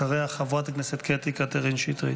אחריה, חברת הכנסת קטי קטרין שטרית.